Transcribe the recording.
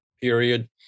period